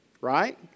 right